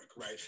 right